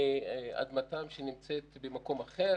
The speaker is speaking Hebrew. מאדמתם שנמצאת במקום אחר